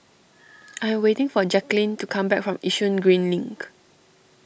I waiting for Jacquelynn to come back from Yishun Green Link